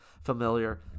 familiar